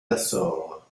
açores